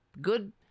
Good